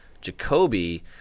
Jacoby